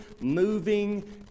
moving